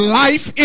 life